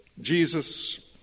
Jesus